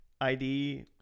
ID